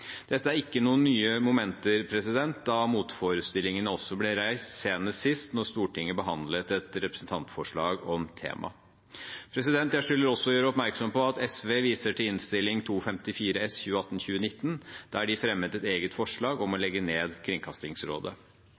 Dette er ikke nye momenter, da motforestillingene også ble reist da Stortinget sist behandlet et representantforslag om temaet. Jeg skylder også å gjøre oppmerksom på at SV viser til Innst. 254 S for 2018–2019, der de fremmet eget forslag om å legge ned Kringkastingsrådet.